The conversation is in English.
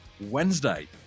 Wednesday